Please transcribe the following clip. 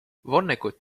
vonnegut